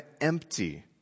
empty